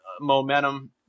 momentum